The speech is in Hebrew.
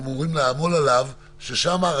אני מאוד מודה לך על זה.